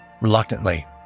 Reluctantly